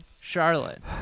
Charlotte